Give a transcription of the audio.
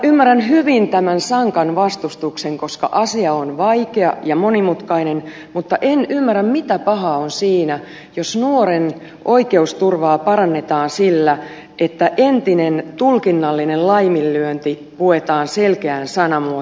ymmärrän hyvin tämän sankan vastustuksen koska asia on vaikea ja monimutkainen mutta en ymmärrä mitä pahaa on siinä jos nuoren oikeusturvaa parannetaan sillä että entinen tulkinnallinen laiminlyönti puetaan selkeään sanamuotoon